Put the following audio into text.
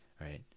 right